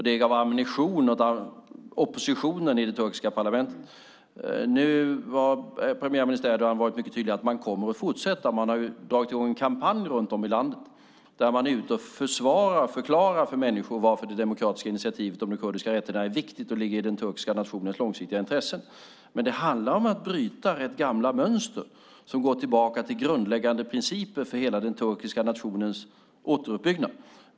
Det gav ammunition åt oppositionen i det turkiska parlamentet. Premiärminister Erdogan har varit mycket tydlig med att man kommer att fortsätta. Man har dragit i gång en kampanj i landet där man förklarar för människor varför det demokratiska initiativet om den kurdiska rätten är viktigt och ligger i den turkiska nationens långsiktiga intresse. Det handlar om att bryta gamla mönster som går tillbaka till grundläggande principer för den turkiska nationens återuppbyggnad.